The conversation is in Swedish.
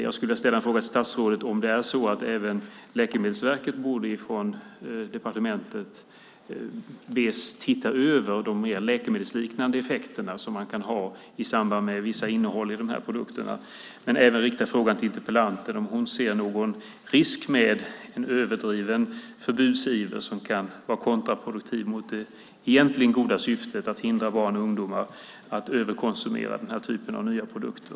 Jag skulle vilja ställa en fråga till statsrådet. Borde departementet be Läkemedelsverket att titta över de nya läkemedelsliknande effekter som kan finnas i samband med vissa innehåll i de här produkterna? Jag vill även rikta en fråga till interpellanten. Ser du någon risk med en överdriven förbudsiver som kan vara kontraproduktiv mot det egentligen goda syftet att hindra barn och ungdomar från att överkonsumera den här typen av nya produkter?